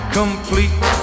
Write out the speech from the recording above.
complete